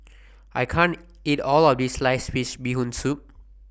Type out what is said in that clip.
I can't eat All of This Sliced Fish Bee Hoon Soup